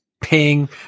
Ping